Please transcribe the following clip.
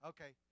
Okay